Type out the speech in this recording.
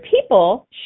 people